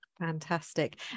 Fantastic